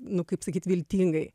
nu kaip sakyt viltingai